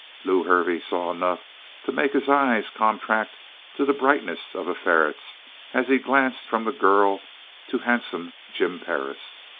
lew hervey saw enough to make his eyes contract to the brightness of a ferret's as he glanced from the girl to handsome jim perris.